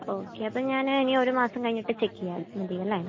okay അപ്പം ഞാൻ ഇനി ഒരുമാസം കഴിഞ്ഞിട്ട് ചെക്ക് ചെയ്യാം മതി അല്ലേ